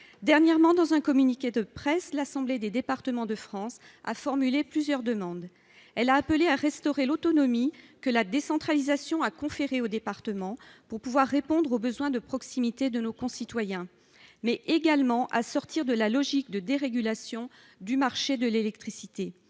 Dernièrement, dans un communiqué de presse, l'Assemblée des départements de France a formulé plusieurs demandes. Elle a appelé à restaurer l'autonomie que la décentralisation avait conférée aux départements pour pouvoir répondre au besoin de proximité de nos concitoyens, mais également à sortir de la logique de dérégulation du marché de l'électricité.